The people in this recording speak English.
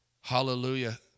Hallelujah